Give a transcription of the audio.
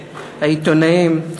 העיתונאים,